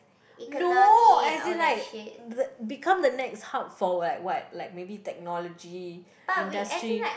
no as in like the become the next hub for like what like maybe technology industry